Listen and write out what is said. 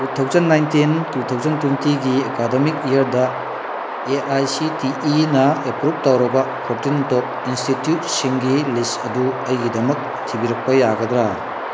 two thousand nineteen two thousand ꯇ꯭ꯋꯦꯟꯇꯤꯒꯤ academic ꯏꯌꯥꯔꯗ A I C T ꯏꯅ approve ꯇꯧꯔꯕ ꯐꯣꯔꯇꯤꯟ ꯇꯣꯞ ꯏꯟꯁꯇꯤꯇ꯭ꯌꯨꯠꯁꯤꯡꯒꯤ ꯂꯤꯁ ꯑꯗꯨ ꯑꯩꯒꯤꯗꯃꯛ ꯊꯤꯕꯤꯔꯛꯄ ꯌꯥꯒꯗ꯭ꯔꯥ